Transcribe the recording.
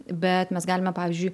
bet mes galime pavyzdžiui